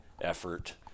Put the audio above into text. effort